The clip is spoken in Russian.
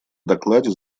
докладе